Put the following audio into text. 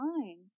fine